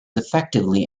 effectively